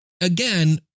again